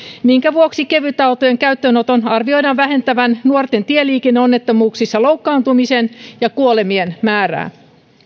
minkä vuoksi kevytautojen käyttöönoton arvioidaan vähentävän nuorten tieliikenneonnettomuuksissa loukkaantumisen ja kuolemien määrää